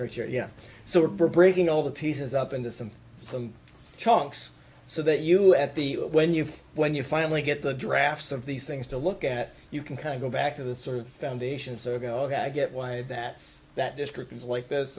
creature yeah so we're breaking all the pieces up into some some chunks so that you at the when you when you finally get the drafts of these things to look at you can kind of go back to the sort of foundations or go ok i get why that that description is like this